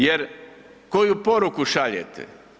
Jer koju poruku šaljete?